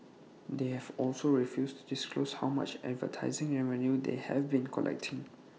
they have also refused to disclose how much advertising revenue they have been collecting